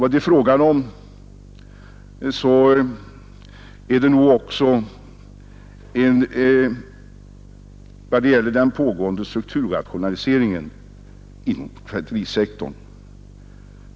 Det gäller säkert också, fru talman, den pågående strukturrationaliseringen inom tvätterisektorn.